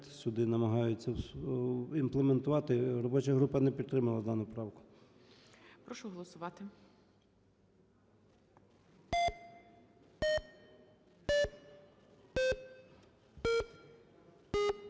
сюди намагаються імплементувати. Робоча група не підтримала дану правку.